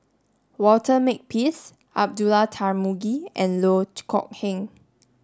Walter Makepeace Abdullah Tarmugi and Loh Kok Heng